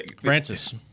Francis